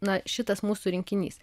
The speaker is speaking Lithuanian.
na šitas mūsų rinkinys